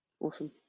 Awesome